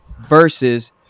versus